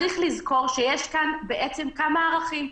צריך לזכור שבעצם יש כאן כמה ערכים.